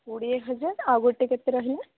କୋଡ଼ିଏ ହଜାର ଆଉ ଗୋଟେ କେତେ ରହିଲା